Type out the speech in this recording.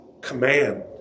Command